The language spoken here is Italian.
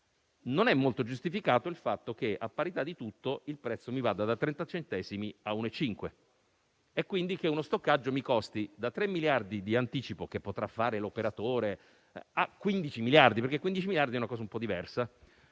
non è molto giustificato il fatto che, a parità di tutto, il prezzo mi vada da 30 centesimi a 1,5 euro e quindi che uno stoccaggio mi costi da 3 miliardi di anticipo, che potrà fare l'operatore, a 15 miliardi, perché è una cosa un po' diversa.